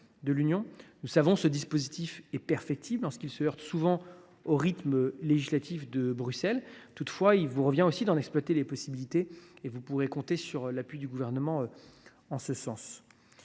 Nous le savons, ce dispositif est perfectible, car il se heurte souvent au rythme législatif de Bruxelles. Toutefois, il vous revient d’en exploiter toutes les possibilités. Vous pouvez compter sur l’appui du Gouvernement en ce sens.